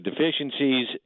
deficiencies